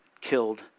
killed